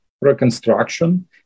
reconstruction